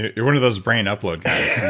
you're one of those brain upload guys.